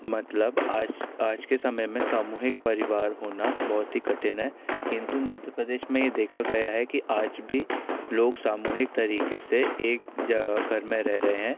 मतलब आज आज के समय में सामूहिक परिवार होना बहुत ही कठिन है किन्तु मध्य प्रदेश में यह देखा गया है कि आज भी लोग सामूहिक तरीके से एक घर में रह रहे हैं